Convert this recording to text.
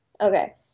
Okay